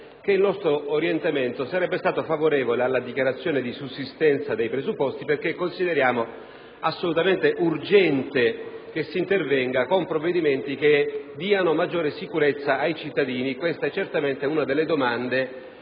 il nostro orientamento sarebbe stato favorevole alla dichiarazione di sussistenza dei presupposti perché consideriamo assolutamente urgente che si intervenga con provvedimenti che diano maggiore sicurezza ai cittadini: questa è certamente una delle domande